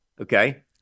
Okay